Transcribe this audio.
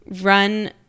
run